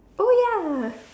oh ya